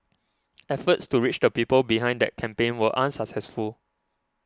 efforts to reach the people behind that campaign were unsuccessful